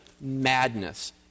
madness